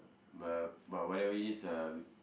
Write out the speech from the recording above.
but but whatever it is uh